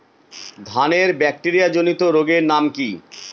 ধানের ব্যাকটেরিয়া জনিত রোগের নাম কি?